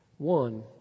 One